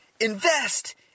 Invest